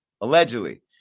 allegedly